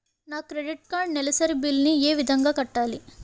నా credit card నెలసరి bill ని ఏ విధంగా కట్టాలి?